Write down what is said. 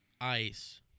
ice